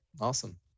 Awesome